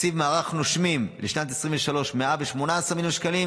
תקציב מערך "נושמים" לשנת 2023 בסך 118 מיליון שקלים